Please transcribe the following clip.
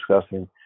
discussing